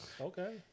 Okay